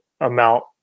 amount